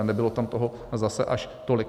Nebylo tam toho zase až tolik.